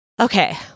Okay